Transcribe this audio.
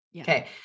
Okay